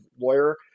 lawyer